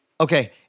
okay